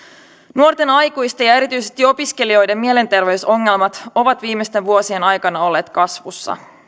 nuorten aikuisten ja erityisesti opiskelijoiden mielenterveysongelmat ovat viimeisten vuosien aikana olleet kasvussa